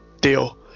deal